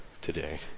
today